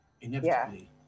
inevitably